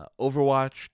Overwatch